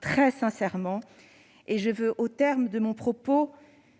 très sincèrement ! Au terme de mon propos,